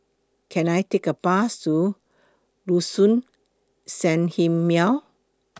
Can I Take A Bus to Sanhemiao